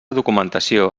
documentació